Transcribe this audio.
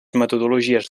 metodologies